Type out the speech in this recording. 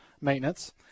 maintenance